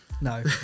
no